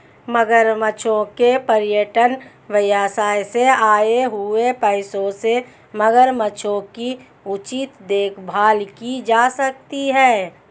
मगरमच्छों के पर्यटन व्यवसाय से आए हुए पैसों से मगरमच्छों की उचित देखभाल की जा सकती है